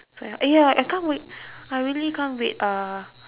so uh ya I can't wait I really can't wait uh